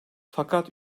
fakat